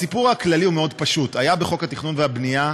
הסיפור הכללי הוא מאוד פשוט: הייתה בחוק התכנון והבנייה,